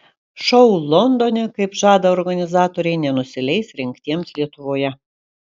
šou londone kaip žada organizatoriai nenusileis rengtiems lietuvoje